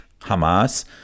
Hamas